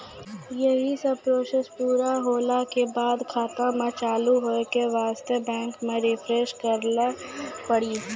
यी सब प्रोसेस पुरा होला के बाद खाता के चालू हो के वास्ते बैंक मे रिफ्रेश करैला पड़ी?